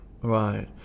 Right